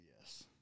Yes